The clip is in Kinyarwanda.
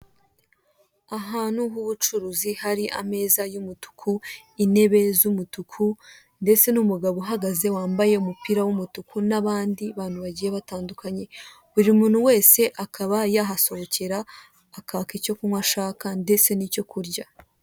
Ahantu h'ubucuruzi hari ameza y'umutuku, intebe z'umutuku, ndetse n'umugabo uhahagaze wambaye umupira w'umutuku, n'abandi bantu bagiye batandukanye. Buri muntu wese akaba yahasohokera akaka icyo kunywa ashaka ndetse n'icyo kurya.